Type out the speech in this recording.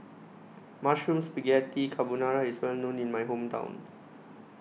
Mushroom Spaghetti Carbonara IS Well known in My Hometown